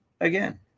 again